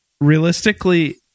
realistically